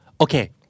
okay